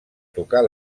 tocar